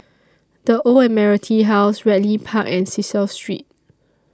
The Old Admiralty House Ridley Park and Cecil Street